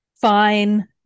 fine